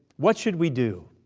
what should we do?